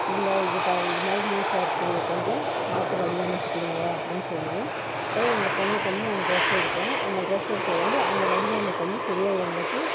இல்லை இது இது மாதிரி லூசாக இருக்குது கொஞ்சம் பார்த்து வடிவமைத்துக் கொடுங்க அப்படின்னு சொல்வோம் இப்போதான் எங்கள் பொண்ணுக்கும் வந்து நாங்கள் ட்ரெஸ் எடுத்தோம் அந்த ட்ரெஸ் எடுத்தது வந்து அந்த வடிவமைப்பு வந்து சரியா எங்களுக்கு